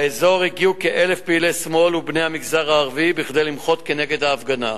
לאזור הגיעו כ-1,000 פעילי שמאל ובני המגזר הערבי כדי למחות נגד ההפגנה.